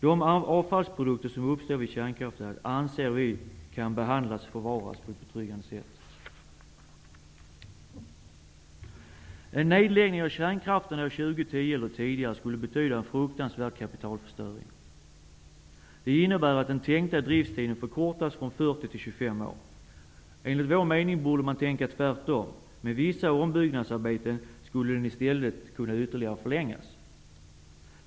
De avfallsprodukter som uppstår vid kärnkraftverk anser vi kan behandlas och förvaras på betryggande sätt. En avveckling av kärnkraften år 2010 eller tidigare skulle betyda en fruktansvärd kapitalförstöring. Det innebär att den tänkta drifttiden förkortas från 40 till 25 år. Enligt vår mening borde man tänka tvärtom. Med vissa ombyggnadsarbeten skulle drifttiden i stället kunna förlängas ytterligare.